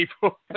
people